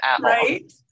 right